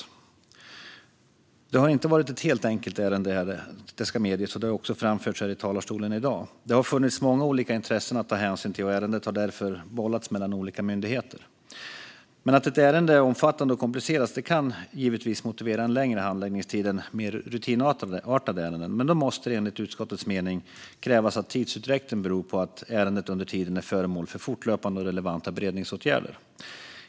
Detta har inte varit ett helt enkelt ärende, det ska medges, och det har också framförts här i dag. Det har funnits många olika intressen att ta hänsyn till, och ärendet har därför bollats mellan olika myndigheter. Att ett ärende är omfattande och komplicerat kan givetvis motivera en längre handläggningstid än mer rutinartade ärenden, men då måste det enligt utskottets mening krävas att tidsutdräkten beror på att ärendet under tiden är föremål för fortlöpande och relevanta beredningsåtgärder.